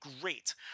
great